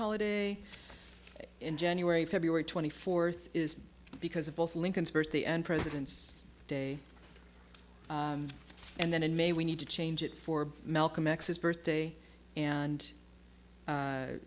holiday in january february twenty fourth is because of both lincoln's birthday and presidents day and then in may we need to change it for malcolm x s birthday and